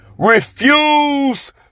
refuse